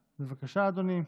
בבקשה, אדוני.